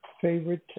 favorite